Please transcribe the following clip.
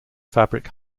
fabric